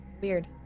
Weird